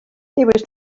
was